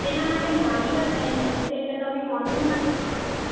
એના માટે મોર્નિંગ જ ટાઈમ હોય છે એટલે તમે મોર્નિંગમાં જ આવજો